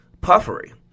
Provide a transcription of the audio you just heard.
Puffery